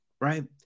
right